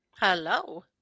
hello